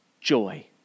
Joy